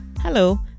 Hello